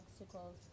obstacles